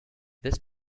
this